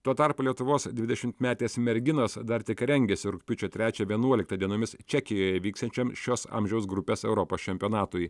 tuo tarpu lietuvos dvidešimtmetės merginos dar tik rengiasi rugpjūčio trečią vienuoliktą dienomis čekijoje vyksiančiam šios amžiaus grupės europos čempionatui